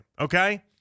Okay